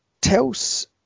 tells